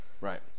Right